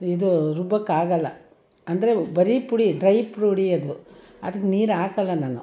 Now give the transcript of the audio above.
ಇದು ರುಬ್ಬೊಕ್ಕಾಗೋಲ್ಲ ಅಂದರೆ ಬರೀ ಪುಡಿ ಡ್ರೈ ಪುಡಿ ಅದು ಅದಕ್ಕೆ ನೀರು ಹಾಕೋಲ್ಲ ನಾನು